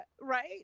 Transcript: Right